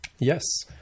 Yes